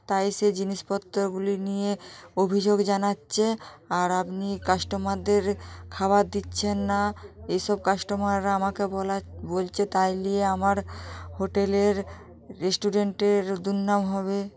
তাই সে জিনিসপত্রগুলি নিয়ে অভিযোগ জানাচ্ছে আর আপনি কাস্টোমারদের খাবার দিচ্ছেন না এসব কাস্টোমাররা আমাকে বলা বলছে তাই নিয়ে আমার হোটেলের রেস্টুরেন্টের দুর্নাম হবে